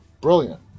Brilliant